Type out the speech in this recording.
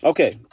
Okay